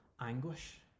anguish